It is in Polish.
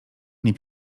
nie